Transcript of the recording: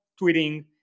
tweeting